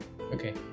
Okay